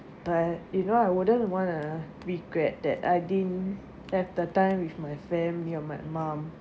but you know I wouldn't want a regret that I didn't have the time with my family or my mom